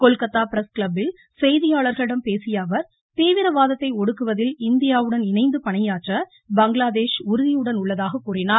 Kolkata press கிளப்பில் செய்தியாளர்களிடம் பேசியஅவர் தீவிரவாதத்தை ஒடுக்குவதில் இந்தியாவுடன் இணைந்து பணியாற்ற பங்களாதேஷ் உறுதியுடன் உள்ளதாக கூறினார்